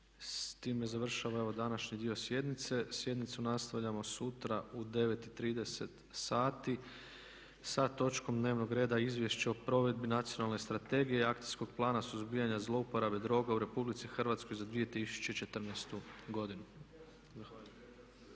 S time završava današnji dio sjednice. Sjednicu nastavljamo sutra u 9,30 sati sa točkom dnevnog reda Izvješće o provedbi Nacionalne strategije i Akcijskog plana suzbijanja zlouporabe droga u Republici Hrvatskoj za 2014. godinu. Zahvaljujem.